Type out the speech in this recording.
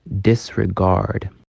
disregard